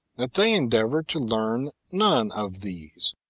that they endeavour to learn none of these,